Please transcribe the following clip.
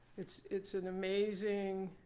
it's it's an amazing,